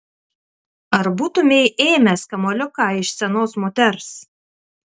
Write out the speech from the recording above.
ar būtumei ėmęs kamuoliuką iš senos moters